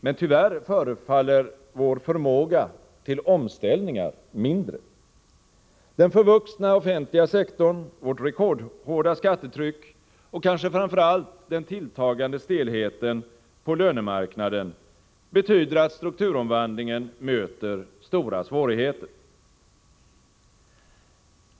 Men tyvärr förefaller vår förmåga till omställningar mindre. Den förvuxna offentliga sektorn, vårt rekordhårda skattetryck och kanske framför allt den tilltagande stelheten på lönemarknaden betyder att strukturomvandlingen möter stora svårigheter.